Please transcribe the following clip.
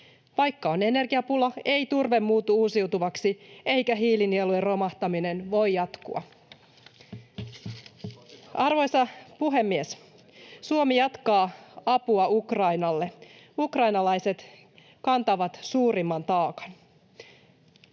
Vaikka on energiapula, ei turve muutu uusiutuvaksi eikä hiilinielujen romahtaminen voi jatkua. Arvoisa puhemies! Suomi jatkaa avun antamista Ukrainalle. Ukrainalaiset kantavat suurimman taakan.